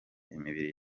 imibiri